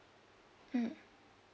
mm